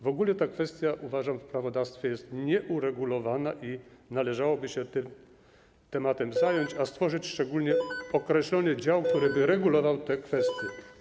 W ogóle ta kwestia, uważam, w prawodawstwie jest nieuregulowana i należałoby się tym tematem zająć, stworzyć określony dział, który regulowałby te kwestie.